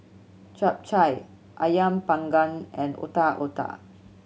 Chap Chai Ayam Panggang and Otak Otak